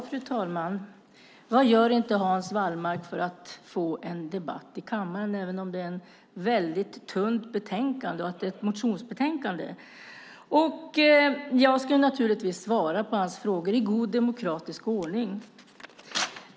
Fru talman! Vad gör inte Hans Wallmark för att få en debatt i kammaren även om det är ett tunt motionsbetänkande. Jag ska naturligtvis svara på hans frågor i god demokratisk ordning.